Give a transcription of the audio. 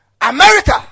America